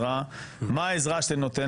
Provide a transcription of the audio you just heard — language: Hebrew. אישרה סכום של 15% לנציג ציבור שהיה צריך